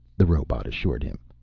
the robot assured him.